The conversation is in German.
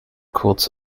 kurz